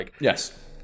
Yes